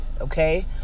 okay